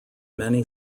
many